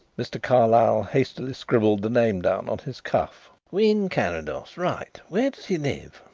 mr. carlyle hastily scribbled the name down on his cuff. wynn carrados, right. where does he live?